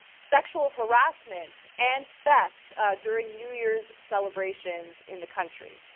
sexual harassment and theft during new year's celebrations in the country.